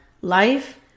Life